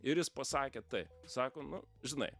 ir jis pasakė taip sako nu žinai